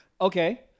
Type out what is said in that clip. Okay